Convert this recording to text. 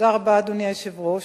אדוני היושב-ראש,